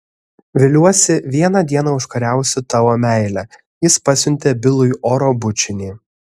viliuosi vieną dieną užkariausiu tavo meilę jis pasiuntė bilui oro bučinį